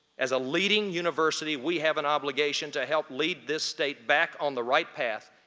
as a leading university we have an obligation to help lead this state back on the right path,